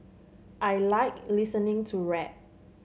I like listening to rap